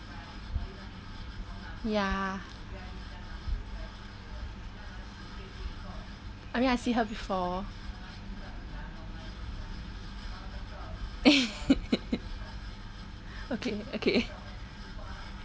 ya I mean I see her before okay okay